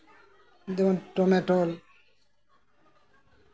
ᱡᱮᱢᱚᱱ ᱴᱚᱢᱮᱴᱳᱞ